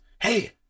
hey